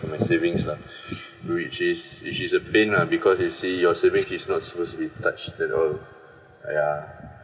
my savings lah which is which is a pain lah because you see your savings is not supposed to be touched at all !aiya!